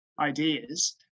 ideas